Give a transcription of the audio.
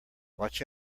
watch